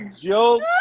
joke